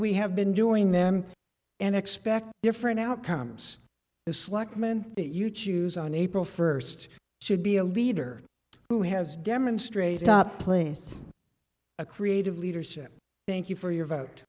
we have been doing them and expect different outcomes is slackman you choose on april first to be a leader who has demonstrated up place a creative leadership thank you for your vote